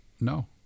No